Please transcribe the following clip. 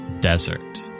desert